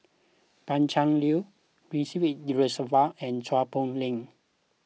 Pan Cheng Lui Ridzwan Dzafir and Chua Poh Leng